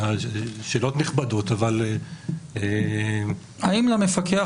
השאלות נחמדות אבל --- האם למפקח